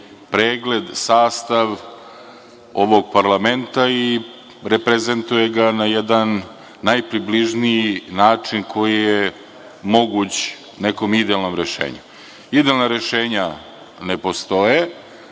pregled, sastav ovog Parlamenta i reprezentuje ga na jedan najpribližniji način koji je moguć nekom idealnom rešenju. Idealna rešenja ne postoje,